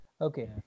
Okay